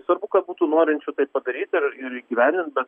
svarbu kad būtų norinčių tai padaryti ir ir įgyvendint bet